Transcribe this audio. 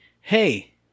Hey